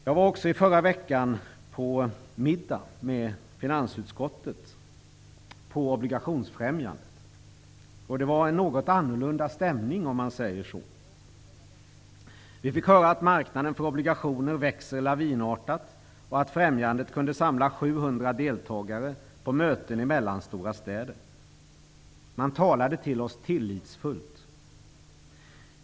Jag var också i förra veckan på middag med finansutskottet på Obligationsfrämjandet. Det var en något annorlunda stämning där. Vi fick höra att marknaden för obligationer växer lavinartat och att Obligationsfrämjandet kunde samla 700 deltagare på möten i mellanstora städer. Man talade tillitsfullt till oss.